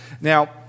Now